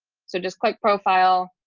so just click profile.